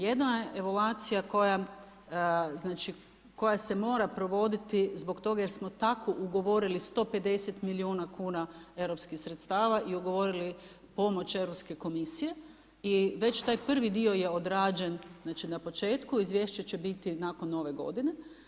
Jedna je evaluacija koja se mora provoditi zbog toga jer smo tako ugovorili 150 milijuna kuna europskih sredstava i ugovorili pomoć Europske Komisije i već taj prvi dio je odrađen, znači na početku, izvješće će biti nakon Nove godine.